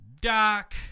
Doc